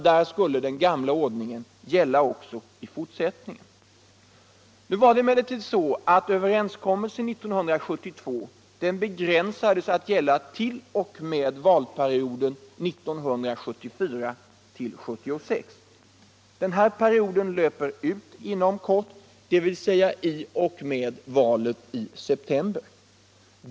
Där skulle den gamla ordningen gälla också i fortsättningen. Överenskommelsen 1972 begränsades emellertid till att gälla t.o.m. valperioden 1974-1976. Den perioden löper ut inom kort, dvs. i och med valet i september.